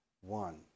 one